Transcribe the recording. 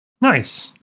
Nice